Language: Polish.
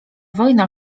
wojna